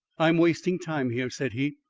i'm wasting time here, said he.